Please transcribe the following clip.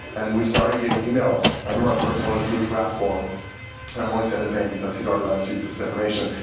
and we started getting emails i remember our first one is luke rathborne, and i'm only saying his name because he's already let us use this information.